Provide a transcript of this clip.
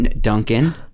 Duncan